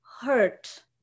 hurt